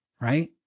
right